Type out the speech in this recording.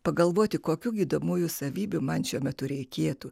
pagalvoti kokių gydomųjų savybių man šiuo metu reikėtų